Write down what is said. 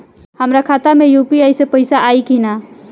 हमारा खाता मे यू.पी.आई से पईसा आई कि ना?